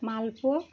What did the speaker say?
মালপো